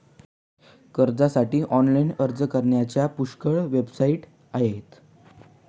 कर्जासाठी ऑनलाइन अर्ज करण्याच्या पुष्कळ वेबसाइट आहेत